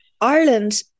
Ireland